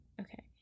Okay